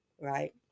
right